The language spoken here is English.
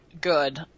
good